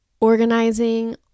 organizing